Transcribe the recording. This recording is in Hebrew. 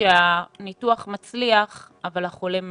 שהניתוח מצליח אבל החולה מת.